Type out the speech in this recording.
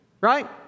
right